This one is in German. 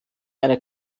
eine